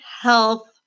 health